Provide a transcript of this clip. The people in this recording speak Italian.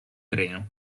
treno